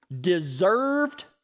deserved